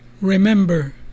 remember